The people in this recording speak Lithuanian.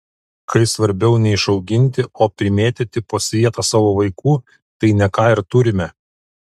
kai svarbiau ne išauginti o primėtyti po svietą savo vaikų tai ne ką ir turime